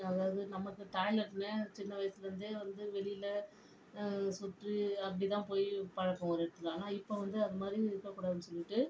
அதாவது நம்ம இப்போ டாய்லெட்டில் சின்ன வயசில் இருந்தே வந்து வெளியில் சுற்றி அப்படி தான் போய் பழக்கம் ஒரு இடத்துல ஆனால் இப்போ வந்து அது மாதிரி இருக்கக்கூடாதுனு சொல்லிட்டு